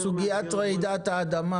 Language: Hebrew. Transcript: סוגיית רעידת האדמה